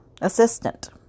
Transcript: assistant